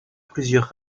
plusieurs